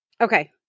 Okay